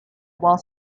while